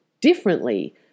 differently